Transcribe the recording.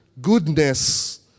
goodness